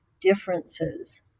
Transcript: differences